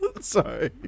Sorry